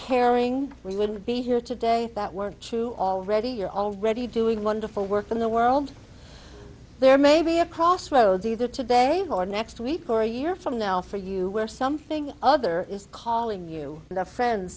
caring we wouldn't be here today that weren't true already you're already doing wonderful work in the world there may be a crossroads either today or next week or a year from now for you where something other is calling you and a friend